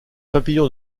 papillon